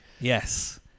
yes